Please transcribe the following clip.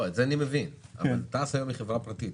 את זה אני מבין, אבל תע"ש היום היא חברה פרטית.